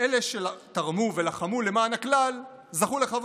אלה שתרמו ולחמו למען הכלל זכו לכבוד,